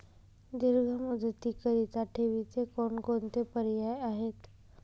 दीर्घ मुदतीकरीता ठेवीचे कोणकोणते पर्याय आहेत?